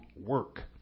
work